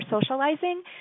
socializing